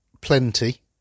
plenty